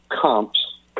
comps